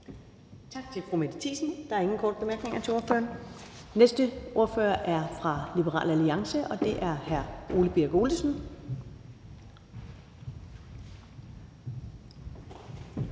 Tak til fru Mette Thiesen. Der er ingen korte bemærkninger til ordføreren. Næste ordfører er fra Liberal Alliance, og det er hr. Ole Birk Olesen.